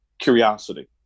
curiosity